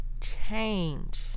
change